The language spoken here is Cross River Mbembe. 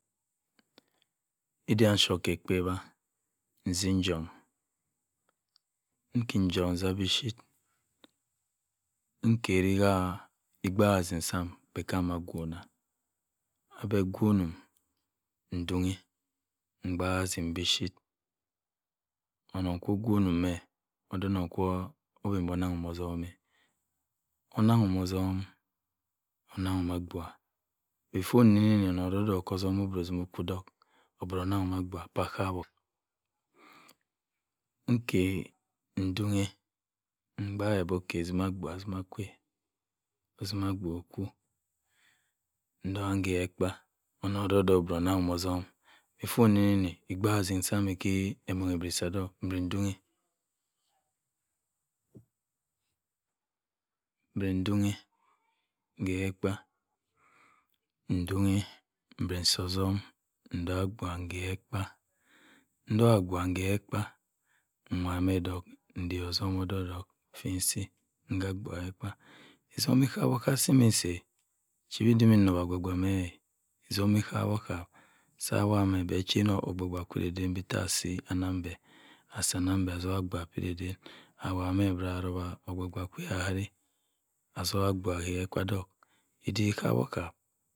Odi nchip kepe-wa nsi nchum, nki nchum nsa mi-chip nkera sa obaak ódik sam, abeh kwonom mdowni mbaak ndick bi chip. onon kwa-o-wanim meh oda onon kwa obe onam otum, onan abuagha before nni ye onon odok-odok ka otum otuma okwu odok. obera onang kim abuagha palcawo, nke ndohe mbaak gbeh ok tuma abuagha tuma kwai, otuma abuagha okwu ndoghe nke-ke ekpa onon odok-odok obera anam´m otum before nnighe obaak odik kwam ke emong obera-osa odok nduhi nke ke ekpa mbe nsi-otum otongh abuagh nke ke ekpa, nwa meh dok, isọhm ihap-ohap, si mo nsi chiwi-chidi nrowa agba-agba mah itom ihap-ohap, asi anagh beh atogha abuagh pi didane okpei kwa abuagha ade atuaka abuagha ake ke ekpa odok edie ihap-ohap.